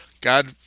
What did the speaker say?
God